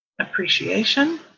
Appreciation